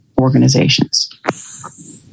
organizations